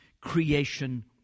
creation